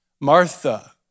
Martha